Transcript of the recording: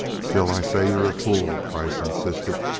still i say you are a fool, kreiss insisted.